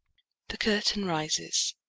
the curtain rises.